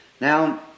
Now